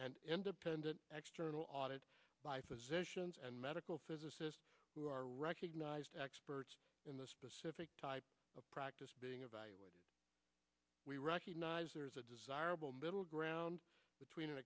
and independent audit by physicians and medical physicists who are recognized experts in the specific type of practice being evaluated we recognize there is a desirable middle ground between